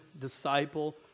disciple